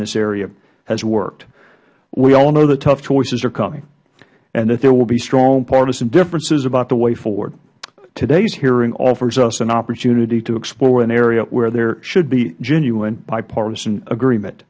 this area has worked we all know that tough choices are coming and that there will be strong partisan differences about the way forward todays hearing offers us an opportunity to explore an area where there should be genuine bipartisan agreement